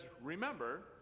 remember